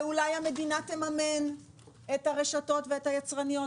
ואולי המדינה תממן את הרשתות ואת היצרניות,